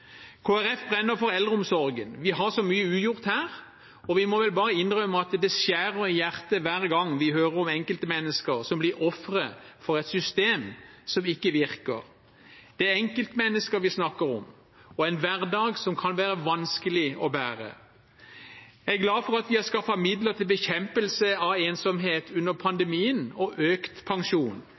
brenner for eldreomsorgen. Vi har så mye ugjort her, og vi må vel bare innrømme at det skjærer i hjertet hver gang vi hører om enkeltmennesker som blir ofre for et system som ikke virker. Det er enkeltmennesker vi snakker om, og en hverdag som kan være vanskelig å bære. Jeg er glad for at vi har skaffet midler til bekjempelse av ensomhet under pandemien og økt pensjon,